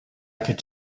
could